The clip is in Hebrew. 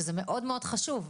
שזה מאוד חשוב,